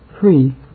free